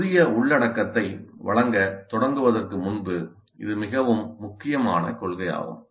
புதிய உள்ளடக்கத்தை வழங்கத் தொடங்குவதற்கு முன்பு இது மிகவும் முக்கியமான கொள்கையாகும்